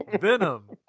Venom